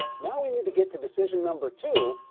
now we need to get to decision number two,